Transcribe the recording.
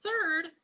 Third